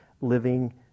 living